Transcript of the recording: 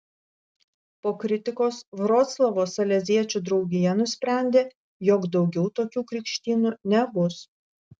po kritikos vroclavo saleziečių draugija nusprendė jog daugiau tokių krikštynų nebus